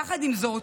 יחד עם זאת,